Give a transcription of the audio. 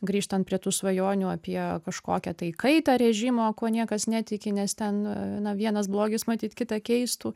grįžtant prie tų svajonių apie kažkokią tai kaitą režimo kuo niekas netiki nes ten na vienas blogis matyt kitą keistų